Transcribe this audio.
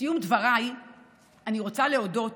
בסיום דבריי אני רוצה להודות